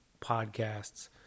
Podcasts